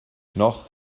noch